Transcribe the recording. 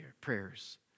prayers